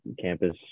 campus